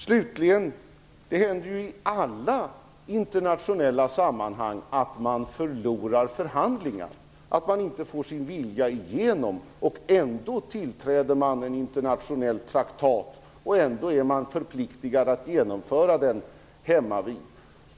Slutligen händer det i alla internationella sammanhang att man förlorar förhandlingar, att man inte får sin vilja igenom. Ändå tillträder man en internationell traktat och ändå är man förpliktigad att uppfylla den hemmavid.